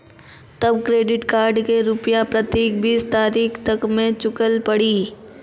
तब credit card के रूपिया प्रतीक बीस तारीख तक मे चुकल पड़ी?